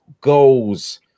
goals